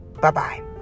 Bye-bye